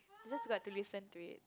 it just got to listen to it